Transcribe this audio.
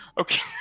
Okay